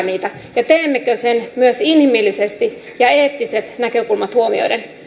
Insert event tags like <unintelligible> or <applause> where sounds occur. <unintelligible> niitä ja teemmekö sen myös inhimillisesti ja eettiset näkökulmat huomioiden